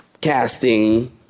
casting